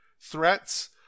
threats